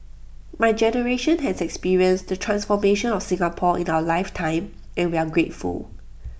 my generation has experienced the transformation of Singapore in our life time and we are grateful